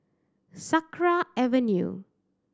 Sakra Avenue